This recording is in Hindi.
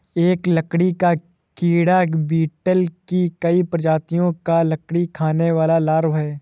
एक लकड़ी का कीड़ा बीटल की कई प्रजातियों का लकड़ी खाने वाला लार्वा है